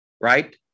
right